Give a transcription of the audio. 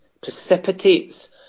precipitates